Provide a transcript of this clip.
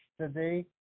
today